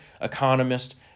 economist